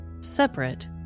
separate